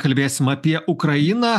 kalbėsim apie ukrainą